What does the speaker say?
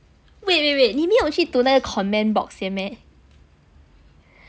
wait wait wait 你没有去读那个 comment box 先 meh